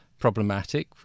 problematic